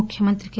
ముఖ్యమంత్రి కె